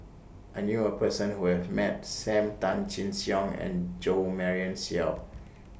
I knew A Person Who has Met SAM Tan Chin Siong and Jo Marion Seow